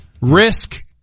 Risk